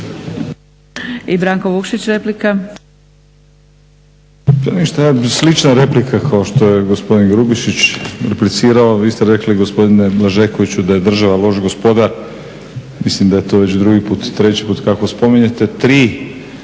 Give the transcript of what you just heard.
I Branko Vukšić, replika.